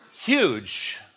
huge